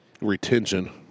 Retention